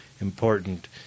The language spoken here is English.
important